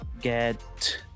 get